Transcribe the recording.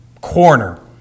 corner